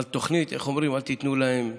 אבל תוכנית "אל תיתנו להם דגים,